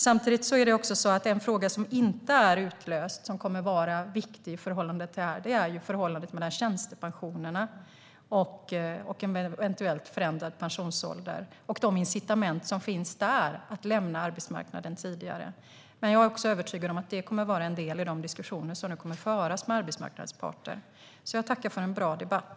Samtidigt är det också så att en fråga som inte är löst och som kommer att vara viktig i förhållande till det här är förhållandet mellan tjänstepensionerna och en eventuellt förändrad pensionsålder och de incitament att lämna arbetsmarknaden tidigare som finns där. Jag är övertygad om att även detta kommer att vara en del i de diskussioner som nu kommer att föras med arbetsmarknadens parter. Jag tackar för en bra debatt!